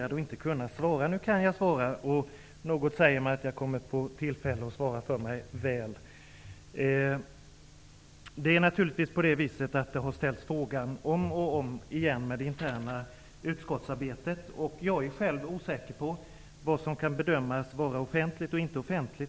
fem timmar och inte kunna svara. Nu kan jag svara. Något säger mig att jag kommer att få tillfälle att svara väl för mig. Frågan om det interna utskottsarbetet har ställts om och om igen. Jag är själv osäker på vad som kan bedömas vara offentligt och inte offentligt.